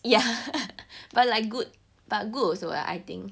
ya but like good but good also lah I think